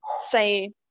say